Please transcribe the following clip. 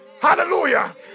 Hallelujah